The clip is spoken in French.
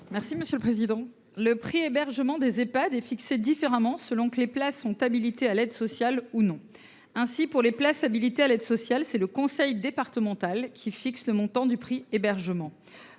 n° 483 rectifié. Le « prix hébergement » des Ehpad est fixé différemment selon que les places sont habilitées à l’aide sociale ou non. Pour les places habilitées à l’aide sociale, c’est le conseil départemental qui fixe le montant du prix hébergement.